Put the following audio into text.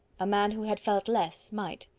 a man who had felt less, might.